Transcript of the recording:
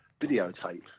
videotape